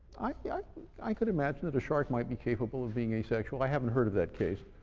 yeah i could imagine that a shark might be capable of being asexual. i haven't heard of that case.